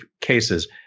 cases